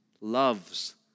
loves